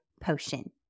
potion